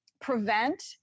prevent